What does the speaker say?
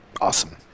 awesome